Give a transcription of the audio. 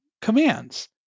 commands